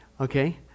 Okay